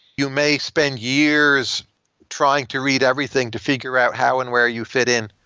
you may spend years trying to read everything to figure out how and where you fit in.